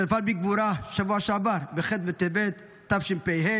והוא נפל בגבורה בשבוע שעבר, בח' בטבת התשפ"ה,